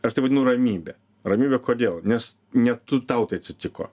aš tai vadinu ramybe ramybe kodėl nes ne tu tau tai atsitiko